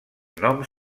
noms